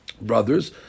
brothers